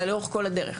אלא לאורך כל הדרך.